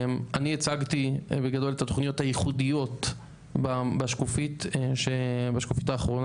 אני הצגתי בגדול את התוכניות הייחודיות בשקופית האחרונה,